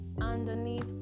underneath